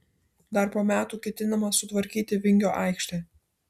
dar po metų ketinama sutvarkyti vingio aikštę